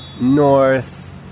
north